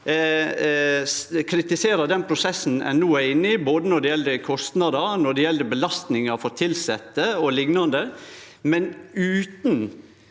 kritiserer den prosessen ein no er inne i, både når det gjeld kostnader og når det gjeld belastninga for tilsette og liknande, men utan